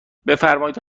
بفرمایید